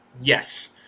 Yes